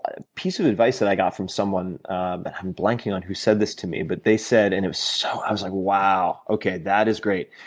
a piece of advice that i got from someone and i'm blanking on who said this to me but they said, and so i was like wow okay that is great.